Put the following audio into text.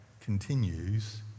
continues